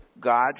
God